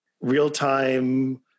real-time